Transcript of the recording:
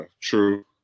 true